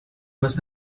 must